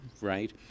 right